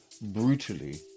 brutally